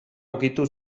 ukitu